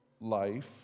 life